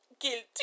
guilty